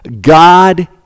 God